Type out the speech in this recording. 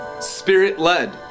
Spirit-led